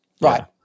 right